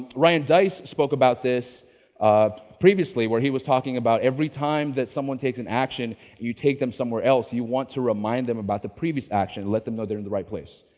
ryan deiss spoke about this previously, where he was talking about every time that someone takes an action, you take them somewhere else. you want to remind them about the previous action and let them know they're in the right place.